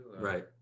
right